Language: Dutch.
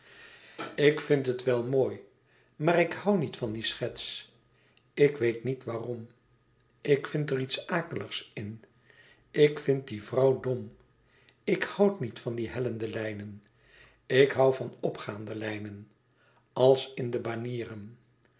ik vind het wel mooi maar ik hoû niet van die schets ik weet niet waarom ik vind er iets akeligs in ik vind die vrouw dom ik hoû niet van die hellende lijnen ik hoû van opgaande lijnen als in de banieren